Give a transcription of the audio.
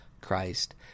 Christ